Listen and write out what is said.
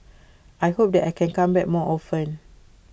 I hope that I can come back more often